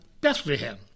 Bethlehem